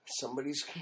Somebody's